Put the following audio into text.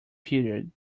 period